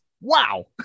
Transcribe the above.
wow